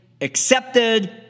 accepted